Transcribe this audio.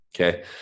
Okay